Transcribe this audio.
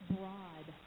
broad